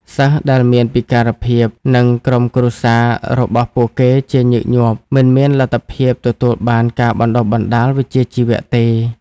សិស្សដែលមានពិការភាពនិងក្រុមគ្រួសាររបស់ពួកគេជាញឹកញាប់មិនមានលទ្ធភាពទទួលបានការបណ្តុះបណ្តាលវិជ្ជាជីវៈទេ”។